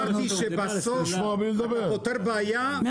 אמרתי שבסוף אתה פותר בעיה ויוצר בעיה אחרת.